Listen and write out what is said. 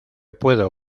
puedo